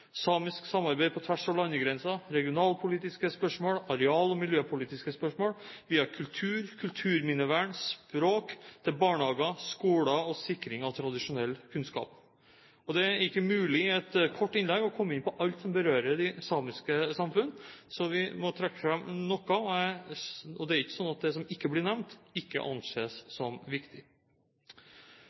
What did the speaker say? samisk samarbeid på tvers av landegrenser, regionalpolitiske spørsmål, areal- og miljøpolitiske spørsmål, via kultur, kulturminnevern og språk til barnehager, skoler og sikring av tradisjonell kunnskap. Det er ikke mulig i et kort innlegg å komme inn på alt som berører de samiske samfunn. Jeg må trekke fram noe, og det er ikke slik at det som ikke blir nevnt, ikke anses som viktig.